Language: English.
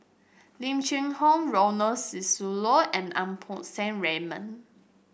Lim Cheng Hoe Ronald Susilo and Lau Poo Seng Raymond